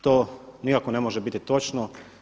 To nikako ne možemo biti točno.